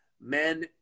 Men